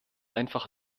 einfach